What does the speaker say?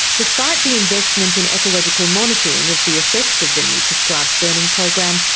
despite the investment in ecological monitoring of the effects of the new prescribed burning program,